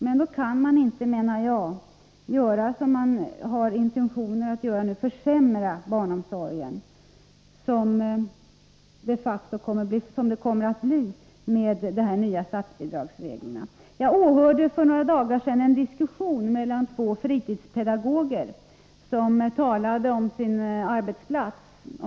Men då bör man inte försämra barnomsorgen, vilket de facto kommer att bli följden av de nya statsbidragsreglerna. För några dagar sedan åhörde jag en diskussion mellan två fritidspedagoger, som talade om sin arbetsplats.